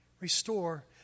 Restore